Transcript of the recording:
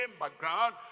background